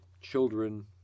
children